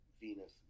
Venus